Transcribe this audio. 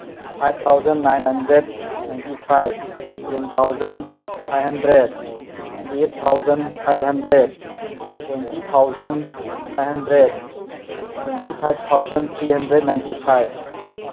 five thousand nine hundred ninety five ten thousand five hundred twelve thousand five hundred twenty thousand five hundred twenty five thousand three hundred ninety five